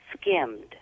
skimmed